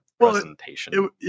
presentation